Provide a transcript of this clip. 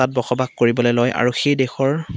তাত বসবাস কৰিবলৈ লয় আৰু সেই দেশৰ